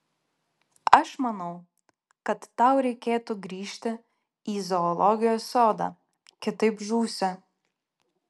aš manau kad tau reikėtų grįžti į zoologijos sodą kitaip žūsi